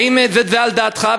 האם זה על דעתך,